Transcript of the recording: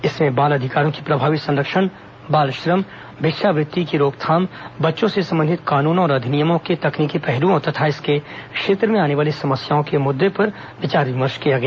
इसमें बाल अधिकारों के प्रभावी संरक्षण बाल श्रम भिक्षा वृत्ति की रोकथाम बच्चों से संबंधित कानूनों और अधिनियमों के तकनीकी पहलुओं तथा इस क्षेत्र में आने वाली समस्याओं के मुद्दे पर विचार विमर्श किया गया